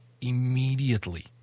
immediately